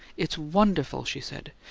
it's wonderful! she said.